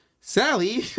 Sally